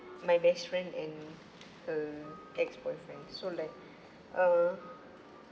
my best friend and err ex-boyfriend so like err